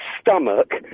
stomach